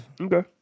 Okay